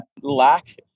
lack